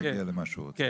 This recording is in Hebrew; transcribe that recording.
כן, כן,